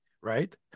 right